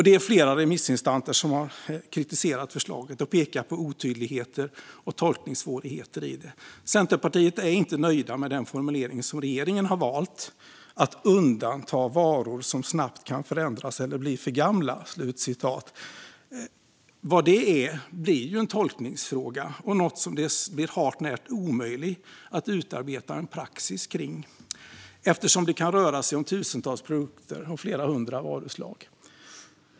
Det är flera remissinstanser som kritiserar förslaget och pekar på otydligheter och tolkningssvårigheter. Centerpartiet är inte nöjda med den formulering som regeringen har valt, nämligen att man vill undanta "varor som snabbt kan försämras eller bli för gamla". Vad det är blir en tolkningsfråga och något som det är hart när omöjligt att utarbeta en praxis kring, eftersom det kan röra sig om tusentals produkter och flera hundra varuslag.